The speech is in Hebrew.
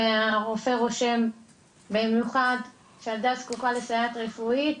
והרופא רושם במיוחד שהילדה זקוקה לסייעת רפואית,